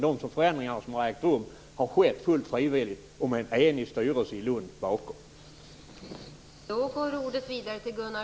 De förändringar som har ägt rum har skett fullt frivilligt, och en enig styrelse i Lund har stått bakom.